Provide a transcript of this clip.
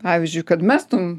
pavyzdžiui kad mestum